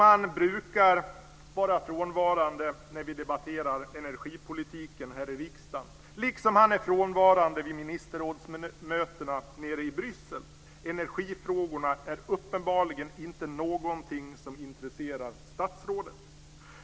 Han brukar ju vara frånvarande när vi debatterar energipolitiken här i riksdagen, liksom han är frånvarande vid ministerrådsmötena nere i Bryssel. Energifrågorna är uppenbarligen inte någonting som intresserar statsrådet.